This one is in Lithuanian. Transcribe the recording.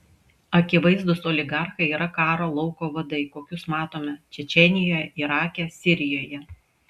akivaizdūs oligarchai yra karo lauko vadai kokius matome čečėnijoje irake sirijoje